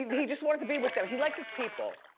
he just wanted to be with them. he likes his people,